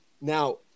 now